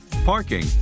parking